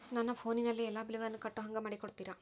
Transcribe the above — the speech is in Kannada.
ನನ್ನ ಫೋನಿನಲ್ಲೇ ಎಲ್ಲಾ ಬಿಲ್ಲುಗಳನ್ನೂ ಕಟ್ಟೋ ಹಂಗ ಮಾಡಿಕೊಡ್ತೇರಾ?